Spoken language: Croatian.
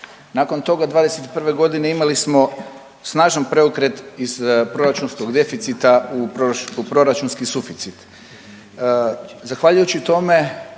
Nakon toga '21.g. imali smo snažan preokret iz proračunskog deficita u proračunski suficit.